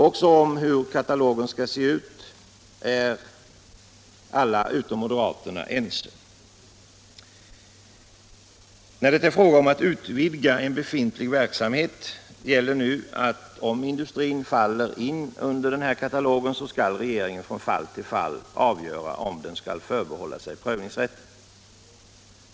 Alla utom moderaterna är också ense om hur katalogen skall se ut. När det är fråga om att utvidga en befintlig verksamhet gäller nu att Ändring i byggnadsom industrin omfattas av den nämnda katalogen, skall regeringen från — lagen fall till fall avgöra om den skall förbehålla sig prövningsrätten.